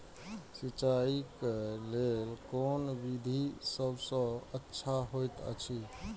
सिंचाई क लेल कोन विधि सबसँ अच्छा होयत अछि?